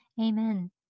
Amen